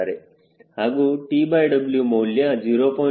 ಹಾಗೂ TW ಮೌಲ್ಯ 0